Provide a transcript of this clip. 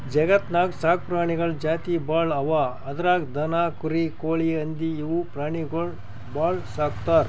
ಜಗತ್ತ್ನಾಗ್ ಸಾಕ್ ಪ್ರಾಣಿಗಳ್ ಜಾತಿ ಭಾಳ್ ಅವಾ ಅದ್ರಾಗ್ ದನ, ಕುರಿ, ಕೋಳಿ, ಹಂದಿ ಇವ್ ಪ್ರಾಣಿಗೊಳ್ ಭಾಳ್ ಸಾಕ್ತರ್